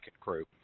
crew